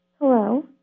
Hello